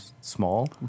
Small